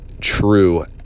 TRUE